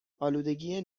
آلودگی